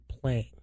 playing